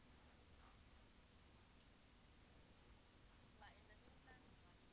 like